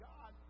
God